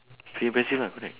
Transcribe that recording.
impressive lah correct